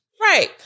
Right